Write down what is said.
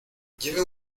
lleve